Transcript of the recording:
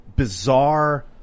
bizarre